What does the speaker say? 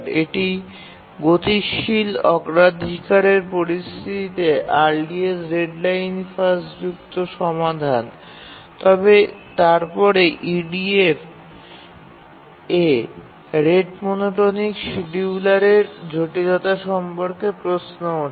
একটি গতিশীল অগ্রাধিকারের পরিস্থিতিতে আর্লিয়েস্ট ডেডলাইন ফার্স্ট উপযুক্ত সমাধান তবে তারপরে EDF এ রেট মোনোটোনিক শিডিয়ুলারের জটিলতা সম্পর্কে প্রশ্ন ওঠে